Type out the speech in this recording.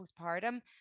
postpartum